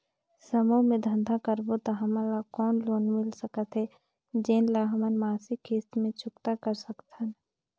समूह मे धंधा करबो त हमन ल कौन लोन मिल सकत हे, जेन ल हमन मासिक किस्त मे चुकता कर सकथन?